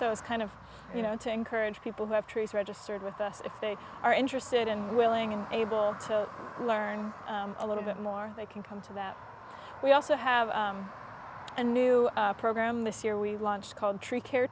so it's kind of you know to encourage people who have trees registered with us if they are interested and willing and able to learn a little bit more they can come to that we also have a new program this year we've launched called tree care